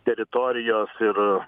teritorijos ir